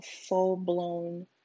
full-blown